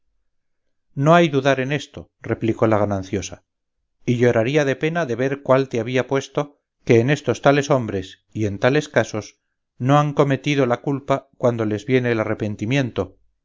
no hay dudar en eso replicó la gananciosa y lloraría de pena de ver cuál te había puesto que en estos tales hombres y en tales casos no han cometido la culpa cuando les viene el arrepentimiento